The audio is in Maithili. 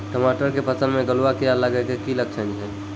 टमाटर के फसल मे गलुआ कीड़ा लगे के की लक्छण छै